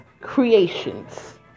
creations